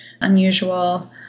unusual